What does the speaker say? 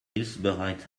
hilfsbereit